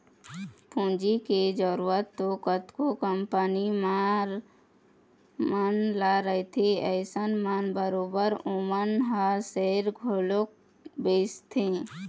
पूंजी के जरुरत तो कतको कंपनी मन ल रहिथे अइसन म बरोबर ओमन ह सेयर घलोक बेंचथे